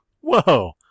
Whoa